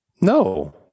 No